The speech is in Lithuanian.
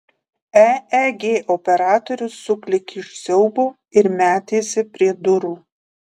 eeg operatorius suklykė iš siaubo ir metėsi prie durų